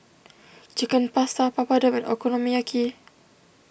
Chicken Pasta Papadum and Okonomiyaki